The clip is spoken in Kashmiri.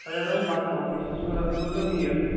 سجاد احمد بٹ تھاوُن بیٚیہِ چھُ ظہورظہورصٲب میٖر